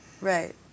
Right